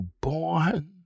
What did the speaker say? born